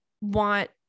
want